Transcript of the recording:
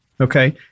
Okay